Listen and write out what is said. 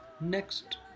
next